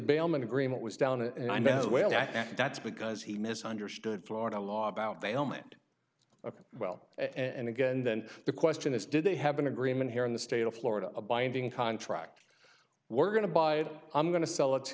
bailment agreement was down and i may as well that's because he misunderstood florida law about they all meant ok well and again then the question is did they have an agreement here in the state of florida a binding contract we're going to buy it i'm going to sell it to